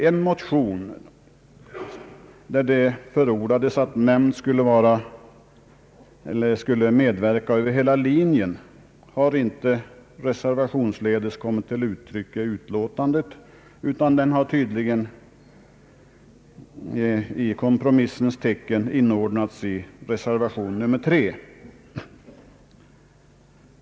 Förslaget i en motion om att nämnd skulle medverka över hela linjen har inte kommit till uttryck i någon reservation, utan det har tydligen i kompromissens tecken inordnats i reservation nr 3.